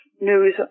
news